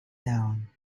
down